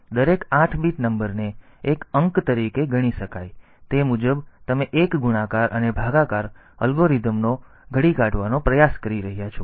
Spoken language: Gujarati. તેથી દરેક 8 બીટ નંબરને એક અંક તરીકે ગણી શકાય તે મુજબ તમે એક ગુણાકાર અને ભાગાકાર અલ્ગોરિધમનો ઘડી કાઢવાનો પ્રયાસ કરી શકો છો